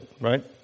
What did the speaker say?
right